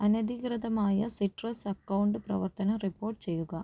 അനധികൃതമായ സിട്രസ്സ് അക്കൗണ്ട് പ്രവർത്തനം റിപ്പോർട്ട് ചെയ്യുക